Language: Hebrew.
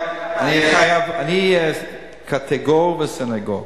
אני קטיגור וסניגור.